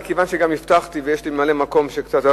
מכיוון שהבטחתי ויש לי ממלא-מקום שקצת,